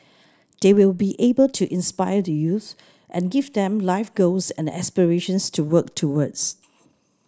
they will be able to inspire the youths and give them life goals and aspirations to work towards